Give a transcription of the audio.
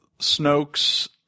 Snoke's